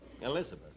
Elizabeth